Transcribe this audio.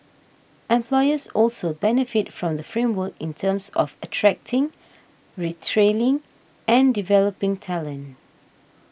employers also benefit from the framework in terms of attracting retaining and developing talent